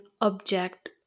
object